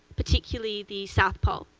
particularly the south pole.